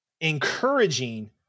Encouraging